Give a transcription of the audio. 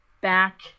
back